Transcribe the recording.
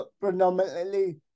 predominantly